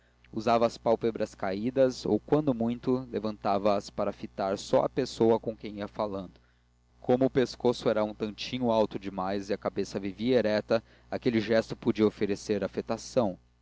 usava as pálpebras caídas ou quando muito levantava as para fitar só a pessoa com quem ia falando como o pescoço era um tantinho alto demais e a cabeça vivia erecta aquele gesto podia parecer afetação